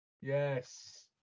Yes